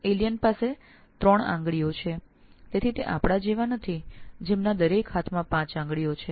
આમ તેઓ આપણા જેવા નથી જેને દરેક હાથમાં પાંચ આંગળીઓ છે